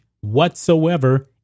whatsoever